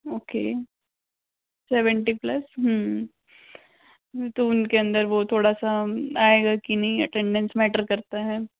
okay seventy plus तो उनके अंदर वो थोड़ा सा आएगा कि नहीं अटेंडेंस मैटर करता हैं